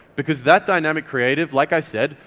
because that dynamic creative, like i said,